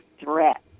threat